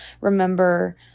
remember